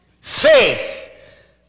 faith